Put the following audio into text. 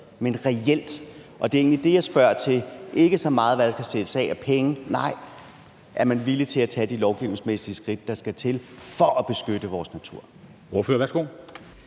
men reelt. Det er egentlig det, jeg spørger til, ikke så meget, hvad der skal sættes af af penge, nej, men om man er villig til at tage de lovgivningsmæssige skridt, der skal til for at beskytte vores natur.